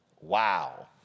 Wow